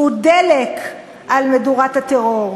והוא דלק על מדורת הטרור.